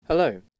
Hello